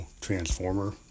transformer